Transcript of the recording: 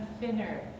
thinner